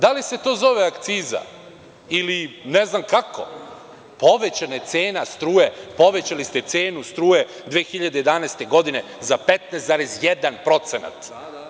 Da li se to zove akciza ili ne znam kako, povećana je cena struje, povećali ste cenu struje 2011. godine za 15,1%